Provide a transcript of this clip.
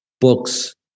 books